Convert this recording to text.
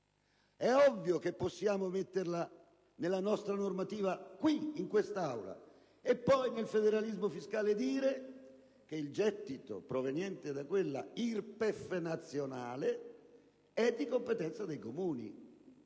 È ovvio che possiamo metterla nella normativa in esame, e poi, nel federalismo fiscale, dire che il gettito proveniente da quella IRPEF nazionale è di competenza dei Comuni.